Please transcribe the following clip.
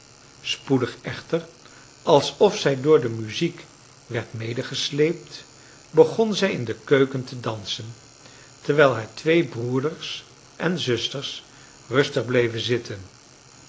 spoedig echter alsof zij door de muziek werd medegesleept begon zij in de keuken te dansen terwijl haar twee broeders en zuster rustig bleven zitten